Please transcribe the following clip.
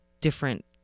different